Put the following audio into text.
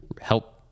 help